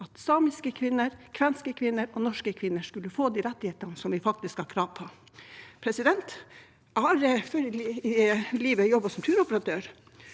at samiske kvinner, kvenske kvinner og norske kvinner skulle få de rettighetene som de faktisk har krav på. Jeg har før i livet jobbet som turoperatør,